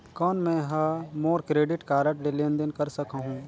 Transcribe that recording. कौन मैं ह मोर क्रेडिट कारड ले लेनदेन कर सकहुं?